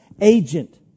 agent